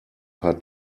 paar